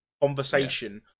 conversation